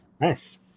nice